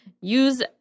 use